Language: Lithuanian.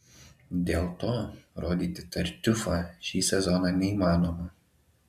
dėl to rodyti tartiufą šį sezoną neįmanoma